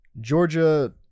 Georgia